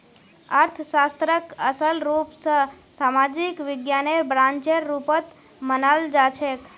अर्थशास्त्रक असल रूप स सामाजिक विज्ञानेर ब्रांचेर रुपत मनाल जाछेक